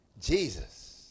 Jesus